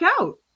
out